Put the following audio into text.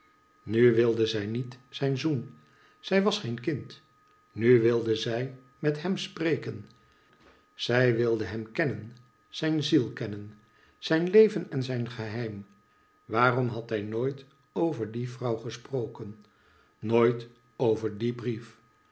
nu wilde zij niet zijn zoen zij was geen kind nu wilde zij met hem spreken zij wilde hem kennen zijn ziel kennen zijn leven en zijn geheim waarom had hij nooit over die vrouw gesproken nooit over dien brief